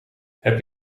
heb